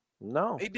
No